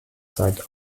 seit